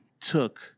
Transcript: took